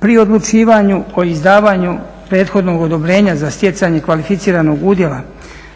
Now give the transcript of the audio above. pri odlučivanju o izdavanju prethodnog odobrenja za stjecanje kvalificiranog udjela,